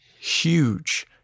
huge